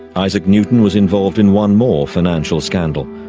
isaac newton was involved in one more financial scandal,